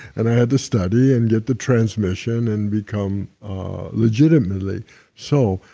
and i had to study and get the transmission and become legitimately so,